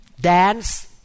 dance